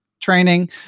Training